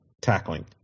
tackling